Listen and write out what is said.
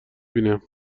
بینم